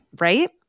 Right